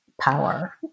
power